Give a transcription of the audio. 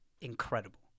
incredible